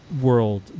world